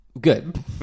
good